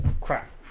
Crap